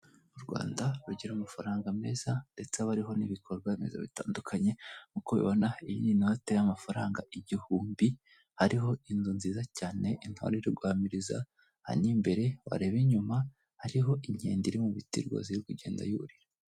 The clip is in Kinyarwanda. U Rwanda rugira amafaranga meza, ndetse aba ariho n'ibikorwa remezo bitandukanye, nkuko ubibona iyi ni inote y'amafaranga igihumbi, ariho inzu nziza cyane, intore iri guhamiriza, aha ni imbere, wareba inyuma, ariho inkende iri mu biti rwose iri kugenda yurira.